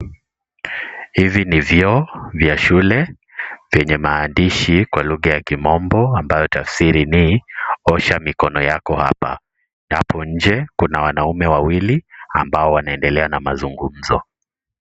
Hivi ni vyoo vya shule vyenye maandishi kwa lugha ya kimombo. Ambayo tafsiri ni osha mikono yako hapa. Na hapo nje kuna wanaume wawili ambao wanaendelea na mazungumzo.